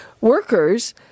workers